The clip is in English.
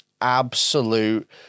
absolute